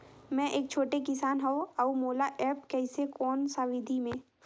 मै एक छोटे किसान हव अउ मोला एप्प कइसे कोन सा विधी मे?